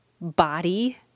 body